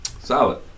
Solid